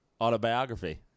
autobiography